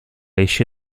esce